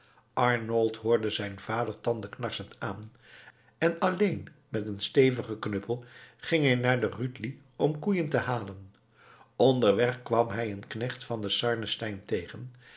arnold hoorde zijn vader tandenknarsend aan en alleen met een stevigen knuppel ging hij naar de rütli om de koeien te halen onderweg kwam hij een knecht van den sarnenstein tegen